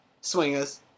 Swingers